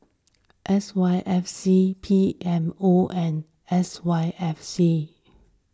S Y F C P M O and S Y F C